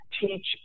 teach